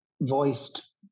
voiced